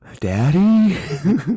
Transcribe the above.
Daddy